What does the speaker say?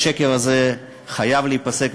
השקר הזה חייב להיפסק,